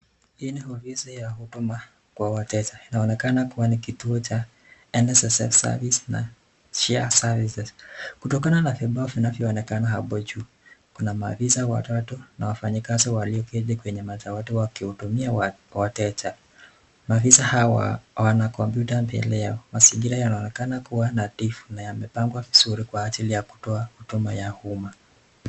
Hii ni ofisi ya huduma kwa wateja. Inaonekana kuwa ni kituo cha NSSF Service na SHA Services ,kutokana na vibao vinavyoonekana hapo juu. Kuna maafisa watatu na wafanyikazi walioketi kwenye madawati wakihudumia wateja. Maafisa hawa wana kompyuta mbele yao. Mazingira yanaonekana kuwa nadhifu na yamepangwa vizuri kwa ajili ya kutoa huduma ya umma.